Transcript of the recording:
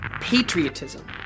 patriotism